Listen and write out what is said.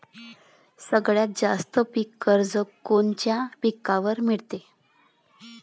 सगळ्यात जास्त पीक कर्ज कोनच्या पिकावर मिळते?